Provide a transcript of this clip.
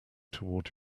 toward